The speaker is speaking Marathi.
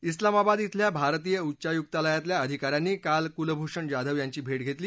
इस्लामाबाद इथल्या भारतीय उच्चायुक्तालयातल्या अधिकाऱ्यांनी काल कुलभूषण जाधव यांची भेट घेतली